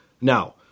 Now